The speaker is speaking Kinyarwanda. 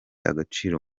agaciro